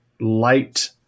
light